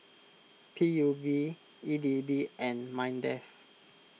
P U B E D B and Mindef